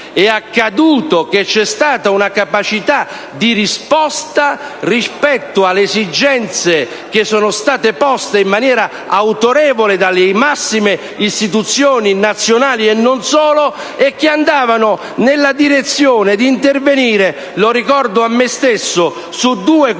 È accaduto che c'è stata una capacità di risposta rispetto alle esigenze che sono state poste in maniera autorevole dalle massime istituzioni nazionali, e non solo, che andavano nella direzione di intervenire - lo ricordo a me stesso - su due questioni